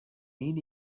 min